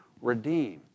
redeem